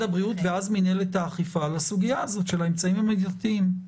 הבריאות ואז מנהלת האכיפה לסוגיית האמצעים המידתיים.